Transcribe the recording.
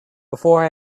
before